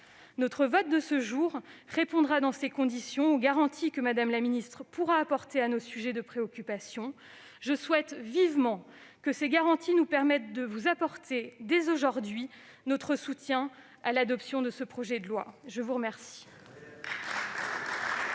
Notre vote de ce jour répondra, dans ces conditions, aux garanties que vous pourrez apporter à nos sujets de préoccupation. Je souhaite vivement qu'elles nous permettent de vous apporter dès aujourd'hui notre soutien à l'adoption de ce projet de loi. La parole